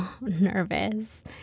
nervous